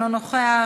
אינו נוכח,